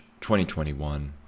2021